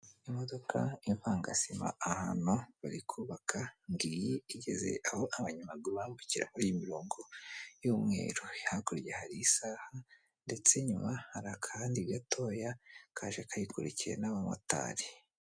iImodoka ivanga sima ahantu bari kubaka ngiyi igeze aho abanyamaguru bambukira muri iyi mirongo y'umweru hakurya hari isaha ndetse nyuma hari akandi gatoya kaje kayikurikiye n'abamotari.